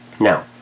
Now